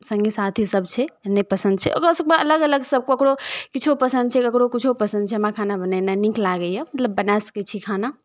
सङ्गी साथीसभ छै नहि पसन्द छै ओकरासभकेँ अलग अलग सभ ककरो किछो पसन्द छै ककरो किछो पसन्द छै हमरा खाना बनेनाय नीक लागैए मतलब बना सकै छी खाना